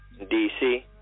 DC